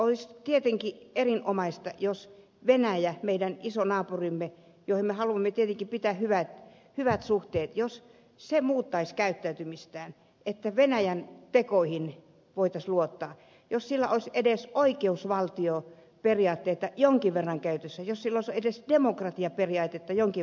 olisi tietenkin erinomaista jos venäjä meidän iso naapurimme johon me haluamme tietenkin pitää hyvät suhteet muuttaisi käyttäytymistään niin että venäjän tekoihin voitaisiin luottaa ja siellä olisi edes oikeusvaltioperiaatteita jonkin verran käytössä olisi edes demokratiaperiaatetta jonkin verran käytössä